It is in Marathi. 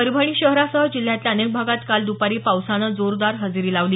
परभणी शहरासह जिल्ह्यातल्या अनेक भागात काल दुपारी पावसानं जोरदार हजेरी लावली